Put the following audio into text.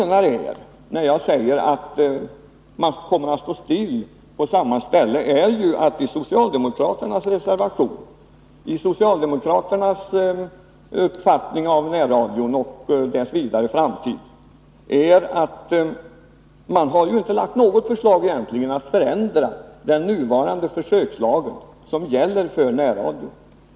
När jag säger att utvecklingen kommer att stå still, så hänvisar jag till socialdemokraternas reservation och deras uppfattning om närradions framtid. Man har egentligen inte framlagt något förslag om att förändra den nuvarande försökslagen.